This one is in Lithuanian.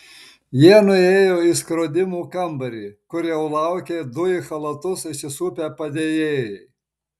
jie nuėjo į skrodimų kambarį kur jau laukė du į chalatus įsisupę padėjėjai